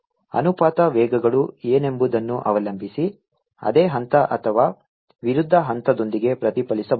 ಅನುಪಾತ ವೇಗಗಳು ಏನೆಂಬುದನ್ನು ಅವಲಂಬಿಸಿ ಅದೇ ಹಂತ ಅಥವಾ ವಿರುದ್ಧ ಹಂತದೊಂದಿಗೆ ಪ್ರತಿಫಲಿಸಬಹುದು